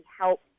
help